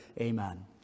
Amen